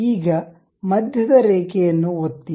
ಈಗ ಮಧ್ಯದ ರೇಖೆಯನ್ನು ಒತ್ತಿ